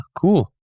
cool